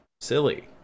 silly